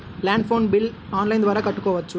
Land phone bill online ద్వారా కట్టుకోవచ్చు?